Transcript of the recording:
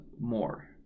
more